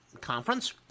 conference